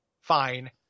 fine